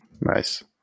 Nice